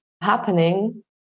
happening